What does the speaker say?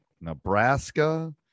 Nebraska